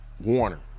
warner